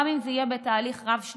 גם אם זה יהיה בתהליך רב-שנתי,